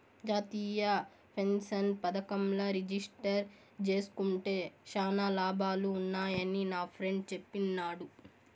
జాతీయ పెన్సన్ పదకంల రిజిస్టర్ జేస్కుంటే శానా లాభాలు వున్నాయని నాఫ్రెండ్ చెప్పిన్నాడు